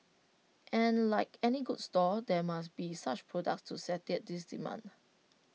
and like any good store there must be such products to satiate this demand